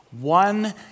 One